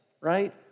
right